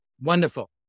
Wonderful